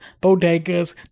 bodegas